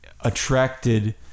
attracted